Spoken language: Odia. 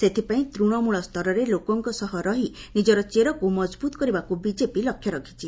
ସେଥିପାଇଁ ତୃଣମୂଳ ସ୍ତରରେ ଲୋକଙ୍କ ସହ ରହି ନିଜର ଚେରକୁ ମଜବୁତ କରିବାକୁ ବିଜେପି ଲକ୍ଷ୍ୟ ରଖିଛି